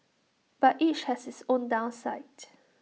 but each has its own downside